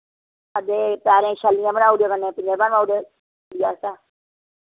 हां ते पैरें छल्लियां बनाई ओड़ेओ कन्नै पंजेबां बनाई ओड़ेओ